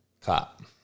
cop